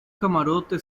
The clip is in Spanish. camarote